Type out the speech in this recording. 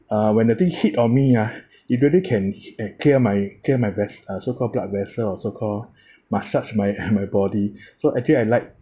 uh when the thing hit on me ah it really can uh clear my clear my vess~ uh so-called blood vessels so-called massage my my body so actually I like